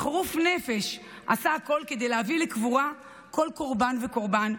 בחירוף נפש עשה הכול כדי להביא לקבורה כל קורבן וקורבן,